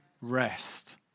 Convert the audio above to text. rest